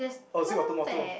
oh still got two more tool oh